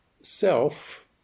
self